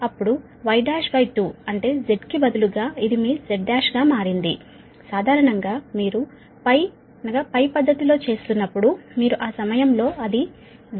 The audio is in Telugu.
అప్పుడు Y12 అంటే Z కి బదులుగా ఇది మీ Z1 గా మారింది సాధారణంగా మీరు π π పద్ధతి లో చేస్తున్నప్పుడు మీరు ఆ సమయంలో అది Z మరియు Y2 Y2